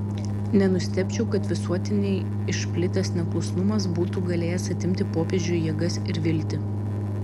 nenustebčiau kad visuotinai išplitęs neklusnumas būtų galėjęs atimti popiežiui jėgas ir viltį